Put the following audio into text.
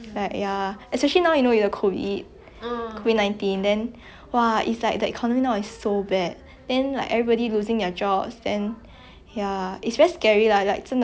then like everybody losing their jobs then ya it's very scary lah like 真的很可怕 lor like to see a lot of people being so worried about their jobs about their livelihood you know then